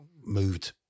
moved